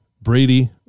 Brady